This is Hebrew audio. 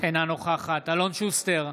אינה נוכחת אלון שוסטר,